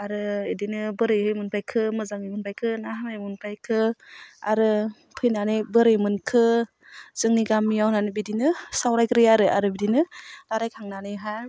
आरो बिदिनो बोरै मोनफैखो मोजाङै मोनफैखो ना हामायै मोनफैखो आरो फैनानै बोरै मोनखो जोंनि गामियाव होन्नानै बिदिनो सावरायग्रोयो आरो बिदिनो रायलायखांनानैहाय